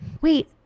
wait